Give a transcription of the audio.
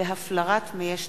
31 בחודש מאי 2011 למניינם,